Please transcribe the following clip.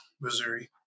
Missouri